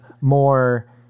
more